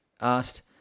asked